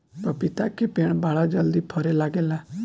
पपीता के पेड़ बड़ा जल्दी फरे लागेला